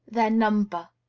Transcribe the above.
their number.